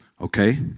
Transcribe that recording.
Okay